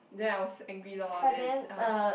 then I was angry lor then ah